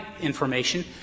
information